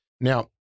Now